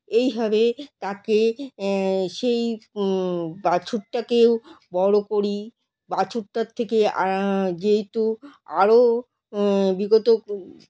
এইভাবে তাকে আহ সেই বাছুরটাকেও বড়ো করি বাছুরটার থেকে আ যেহেতু আরো বিগত